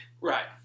Right